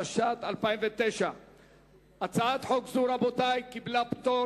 התשס"ט 2009. הצעת חוק זו קיבלה פטור